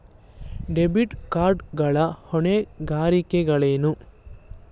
Debit card ಗಳ ಹೊಣೆಗಾರಿಕೆಗಳೇನು?